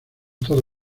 todo